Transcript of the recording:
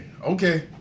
Okay